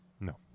no